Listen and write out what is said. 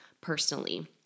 personally